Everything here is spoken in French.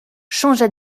changea